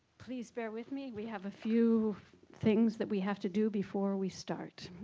please bear with me we have a few things that we have to do before we start.